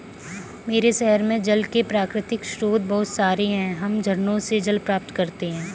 मेरे शहर में जल के प्राकृतिक स्रोत बहुत सारे हैं हम झरनों से जल प्राप्त करते हैं